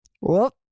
Whoop